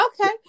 okay